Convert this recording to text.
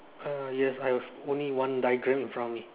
uh yes I have only have one diagram in front of me